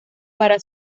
para